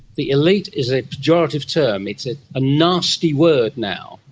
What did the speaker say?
the elite is a pejorative term, it's ah a nasty word now.